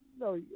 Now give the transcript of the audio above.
No